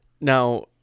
Now